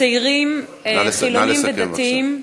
צעירים חילונים ודתיים,